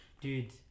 Dude